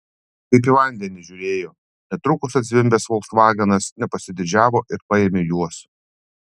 kaip į vandenį žiūrėjo netrukus atzvimbęs folksvagenas nepasididžiavo ir paėmė juos